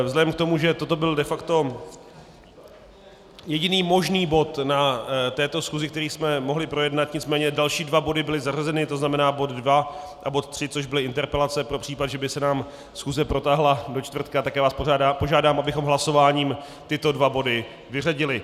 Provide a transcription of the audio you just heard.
Vzhledem k tomu, že toto byl de facto jediný možný bod na této schůzi, který jsme mohli projednat, nicméně další dva body byly zařazeny, to znamená bod 2 a bod 3, což byly interpelace pro případ, že by se nám schůze protáhla do čtvrtka, tak vás požádám, abychom hlasováním tyto dva body vyřadili.